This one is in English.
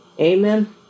Amen